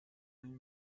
نمی